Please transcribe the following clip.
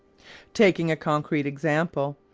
taking a concrete example,